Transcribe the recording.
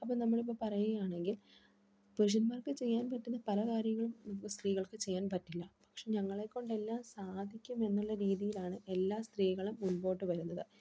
അപ്പോൾ നമ്മളിപ്പോൾ പറയുകയാണെങ്കിൽ പുരുഷന്മാർക്ക് ചെയ്യാൻ പറ്റുന്ന പല കാര്യങ്ങളും ഇപ്പോൾ സ്ത്രീകൾക്ക് ചെയ്യാൻ പറ്റില്ല പക്ഷെ ഞങ്ങളെക്കൊണ്ടെല്ലാം സാധിക്കും എന്നുള്ള രീതിയിലാണ് എല്ലാ സ്ത്രീകളും മുൻപോട്ട് വരുന്നത്